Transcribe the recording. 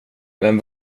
vem